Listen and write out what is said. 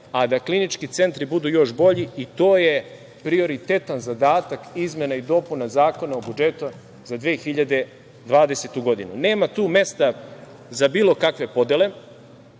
a da klinički centri budu još bolji. I to je prioritetan zadatak izmena i dopuna Zakona o budžetu za 2020. godinu. Nema tu mesta za bilo kakve podele.